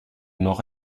nord